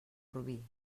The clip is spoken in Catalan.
rubí